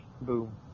Boom